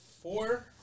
four